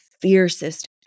fiercest